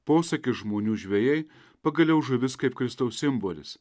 posakis žmonių žvejai pagaliau žuvis kaip kristaus simbolis